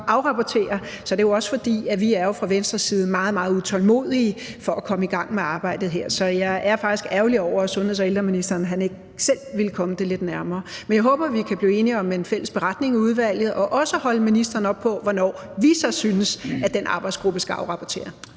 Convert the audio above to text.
afrapportere, er det jo også, fordi vi fra Venstres side er meget, meget utålmodige for at komme i gang med arbejdet her. Så jeg er faktisk ærgerlig over, at sundheds- og ældreministeren ikke selv ville komme det lidt nærmere. Men jeg håber, at vi kan blive enige om en fælles beretning i udvalget, og at vi også kan holde ministeren op på, hvornår vi så synes at den arbejdsgruppe skal afrapportere.